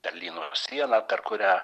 berlyno sieną per kurią